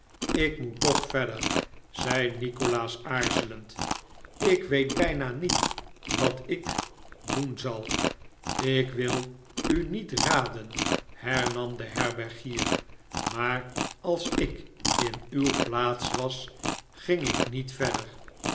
ik moet toch verder zei nikolaas aarzelend ik weet bijna niet wat ik doen zal ik wil u niet raden hernam de herbergier maar als ik in uw plaats was ging ik niet verder